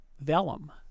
vellum